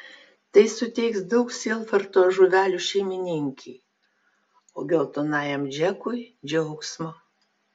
tai suteiks daug sielvarto žuvelių šeimininkei o geltonajam džekui džiaugsmo